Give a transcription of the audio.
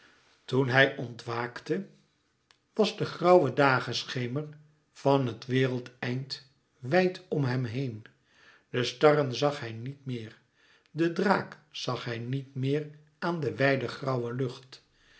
toen hij ontwaakte was de grauwe dageschemer van het wereldeind wijd om hem heen de starren zag hij niet meer de draak zag hij niet meer aan de wijde grauwe lucht